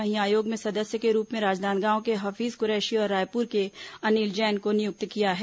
वहीं आयोग में सदस्य के रूप में राजनांदगांव के हफीज कुरैशी और रायपुर के अनिल जैन को नियुक्त किया गया है